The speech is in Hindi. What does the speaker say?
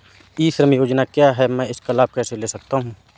ई श्रम योजना क्या है मैं इसका लाभ कैसे ले सकता हूँ?